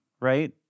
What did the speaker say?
right